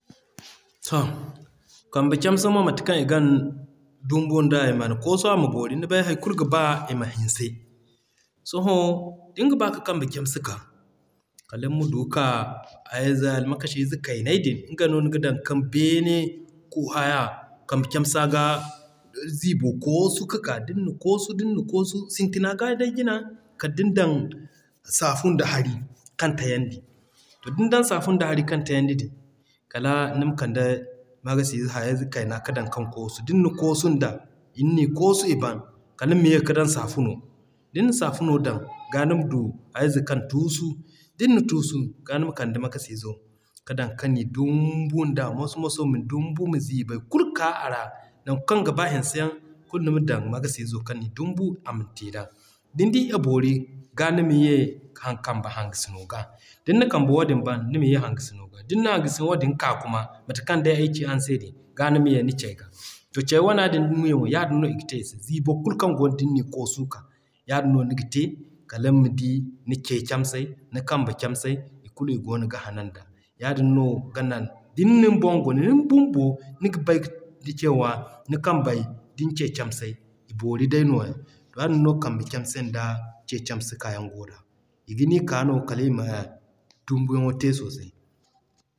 To, Kambe camse mo mate kaŋ i gan dumbu nda, i man koosu ama boori. Ni bay hay kulu ga ba iman hanse. Sohõ din ga ba ka Kambe camse ka, kaliŋ ma du k'a hayo ze makashi ze kayney din nga no niga dan ka beene ku haya Kambe camsa ga ziibo koosu ga ka. Din na koosu din na koosu sintina ga day jina kala din dan Saafun da Hari kan tayandi. To din dan Saafun da Hari kan tayandi din, kala nima kande kayna kaŋ dan kan koosu. Din na koosu nda, din ni koosu i ban, kaliŋ ma ye ka dan saafuno. Din na saafuno dan, ga nima du hayo ze kaŋ tuusu. Din na tuusu, ga nima kande makashi zo ka dan kani dumbu moso-moso. Ma dumbu ma ziibay kulu ka a ra. Nan kaŋ ga ba hinse yaŋ kulu nima dan makashi zo kani dumbu ama te da. Din di a boori, ga nima ye kamba hangasino ga. Din na kamba wadin ban, nima ye hangasino ga. Din na hangasino wadin ka kuma mate kaŋ day ay ci araŋ se din, ga nima ye ni cay ga. To Ce wana din yaadin no i ga te i se. Ziibo kulu kaŋ goono din ni koosu ka, yaadin no niga te kala ma di ni Ce camsey, ni kambe camsey i kulu i goono ga hanan da. Yaadin no ga nan din di boŋ guna nin bumbo niga bay da cewa ni Kambey ni ce camsey i boori day nooya. To yaadin kamba camse nda Ce camse kaayaŋ goo da. I ga n'i k'a no kala ima dumbu yaŋo te sosai.